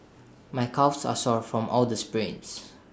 my calves are sore from all the sprints